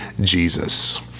Jesus